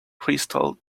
crystal